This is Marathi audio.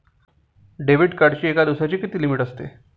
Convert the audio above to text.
डेबिट कार्डची एका दिवसाची किती लिमिट असते?